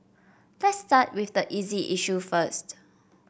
let's start with the easy issue first